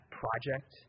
project